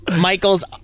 Michael's